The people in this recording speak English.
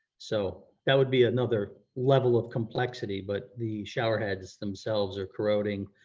so that would be another level of complexity, but the showerheads themselves are corroding,